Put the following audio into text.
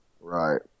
right